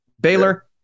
Baylor